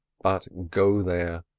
but go there.